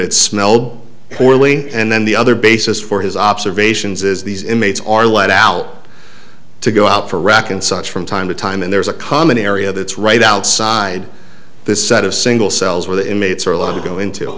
it smelled poorly and then the other basis for his observations is these inmates are let out to go out for rock and such from time to time and there's a common area that's right outside the set of single cells where the inmates are allowed to go into